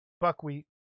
Buckwheat